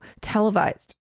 televised